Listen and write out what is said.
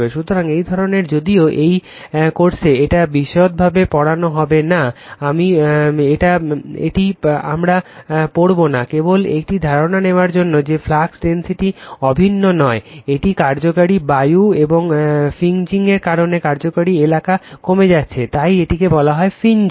সুতরাং এই ধরণের যদিও এই কোর্সে এটা বিশদভাবে পড়ানো হবে না এটি আমরা পড়বো না কেবল একটি ধারণা দেওয়ার জন্য যে ফ্লাক্স ডেনসিটি অভিন্ন নয় একটি কার্যকর বায়ু এই ফ্রিঞ্জ এর কারণে কার্যকরী এলাকা কমে যাচ্ছে তাই এটিকে বলা হয় ফ্রিজিং